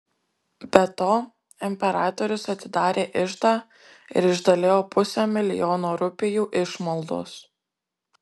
be to imperatorius atidarė iždą ir išdalijo pusę milijono rupijų išmaldos